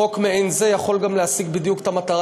חוק מעין זה יכול להשיג בדיוק את המטרה